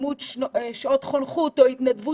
בדמות שעות חונכות או התנדבות,